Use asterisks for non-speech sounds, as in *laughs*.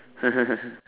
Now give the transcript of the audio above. *laughs*